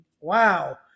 wow